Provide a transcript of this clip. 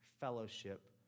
fellowship